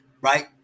right